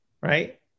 right